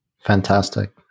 Fantastic